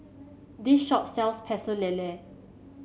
this shop sells Pecel Lele